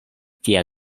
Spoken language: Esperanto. tia